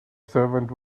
servant